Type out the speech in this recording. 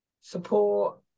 support